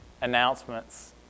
announcements